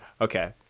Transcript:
Okay